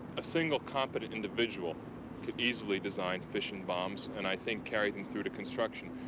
a single competent individual could easily design fission bombs and i think carry them through to construction.